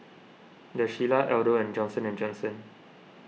the Shilla Aldo and Johnson and Johnson